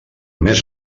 més